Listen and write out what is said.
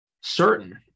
certain